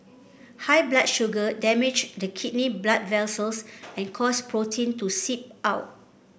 high blood sugar damage the kidney blood vessels and cause protein to seep out